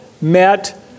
met